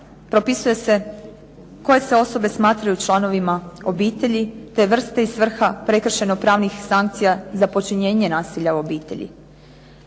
propisuje se koje se osobe smatraju članovima obitelji, te vrste i svrha prekršajno-pravnih sankcija za počinjenje nasilja u obitelji.